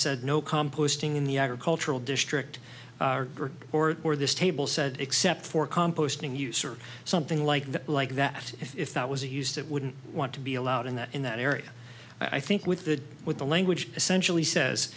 said no composting in the agricultural district or or this table said except for composting use or something like that like that if that was used that wouldn't want to be allowed in that in that area i think with the with the language essentially says